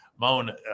Moan